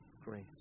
grace